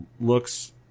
looks